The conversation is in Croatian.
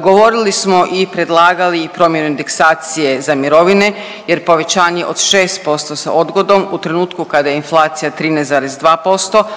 Govorili smo i predlagali i promjenu indeksacije za mirovine jer povećanje od 6% sa odgodom u trenutku kada je inflacija 13,2%,